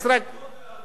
הנחות